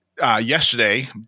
Yesterday